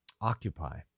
occupy